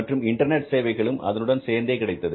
மற்றும் இன்டர்நெட் சேவைகளும் அதனுடன் சேர்ந்தே கிடைத்தது